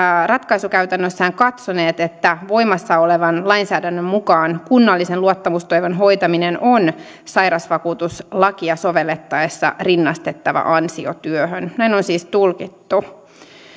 ratkaisukäytännössään katsoneet että voimassa olevan lainsäädännön mukaan kunnallisen luottamustoimen hoitaminen on sairausvakuutuslakia sovellettaessa rinnastettava ansiotyöhön näin on siis tulkittu